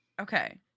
Okay